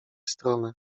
stronę